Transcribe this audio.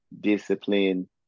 discipline